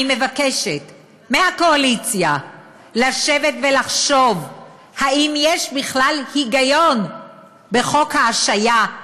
אני מבקשת מהקואליציה לשבת ולחשוב אם יש בכלל היגיון בחוק ההשעיה,